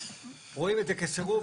רואים את זה כסירוב,